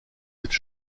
cette